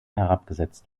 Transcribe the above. herabgesetzt